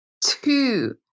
two